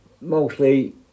mostly